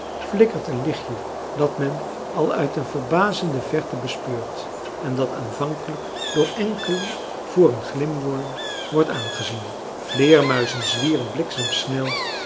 flikkert een lichtje dat men al uit een verbazende verte bespeurt en dat aanvankelijk door enkelen voor een glimworm wordt aangezien vleermuizen zwieren